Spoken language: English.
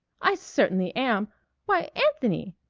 i certainly am why, anthony!